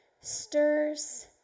stirs